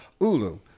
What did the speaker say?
Ulu